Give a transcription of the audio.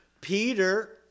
Peter